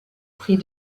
prix